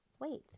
Wait